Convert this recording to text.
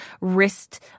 wrist